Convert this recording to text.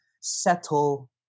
settle